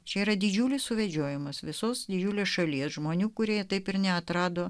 čia yra didžiulis suvedžiojamas visus didžiulės šalies žmonių kurie taip ir neatrado